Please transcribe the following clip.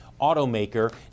automaker